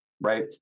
right